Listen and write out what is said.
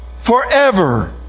forever